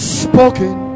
spoken